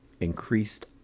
increased